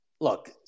look